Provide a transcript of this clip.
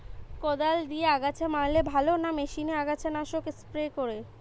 কদাল দিয়ে আগাছা মারলে ভালো না মেশিনে আগাছা নাশক স্প্রে করে?